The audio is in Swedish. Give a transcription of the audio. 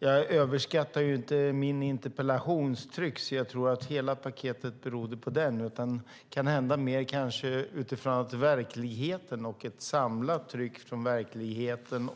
Jag överskattar inte min interpellations tryck så att jag tror att hela paketet berodde på den, utan kanhända beror det mer på att verkligheten och ett samlat tryck från verkligheten,